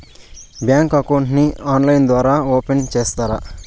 Bank account ని online ద్వారా open సేస్తారా?